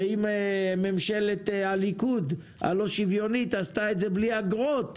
אם ממשלת הליכוד הלא שוויונית עשתה את זה בלי אגרות,